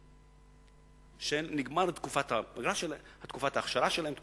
שנגמרה תקופת האשרה שלהם.